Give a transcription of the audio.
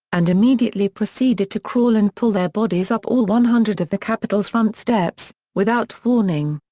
and immediately proceeded to crawl and pull their bodies up all one hundred of the capitol's front steps, without warning.